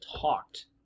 talked